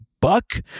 Buck